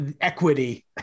equity